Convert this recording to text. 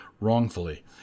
wrongfully